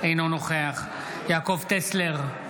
אינו נוכח יעקב טסלר,